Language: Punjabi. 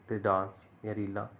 ਅਤੇ ਡਾਂਸ ਦੀਆਂ ਰੀਲਾਂ